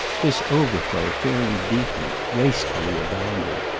this overflow fairly deepened, wastefully abounded,